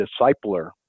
discipler